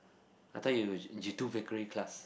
I thought you you do bakery class